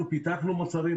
אנחנו פיתחנו מוצרים,